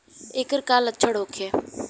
ऐकर का लक्षण होखे?